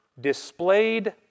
displayed